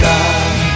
God